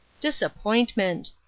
Disappointment